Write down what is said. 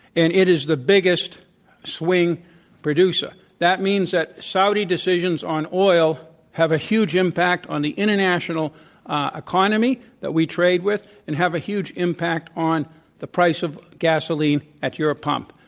and it is the biggest swing producer. that means that saudi decisions on oil have a huge impact on the international ah economy that we trade with and have a huge impact on the price of gasoline at your pump.